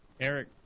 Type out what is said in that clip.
Eric